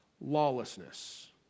lawlessness